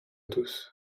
tous